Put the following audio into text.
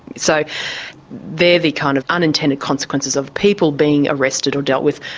so they're the kind of unintended consequences of people being arrested or dealt with.